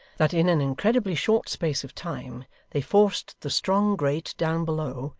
that in an incredibly short space of time they forced the strong grate down below,